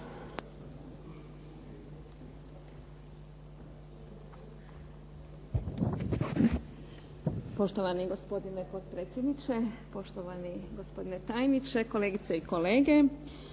Poštovani gospodine potpredsjedniče, poštovani gospodine tajniče, kolegice i kolege.